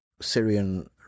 Syrian